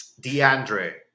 DeAndre